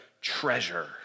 treasure